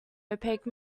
opaque